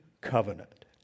covenant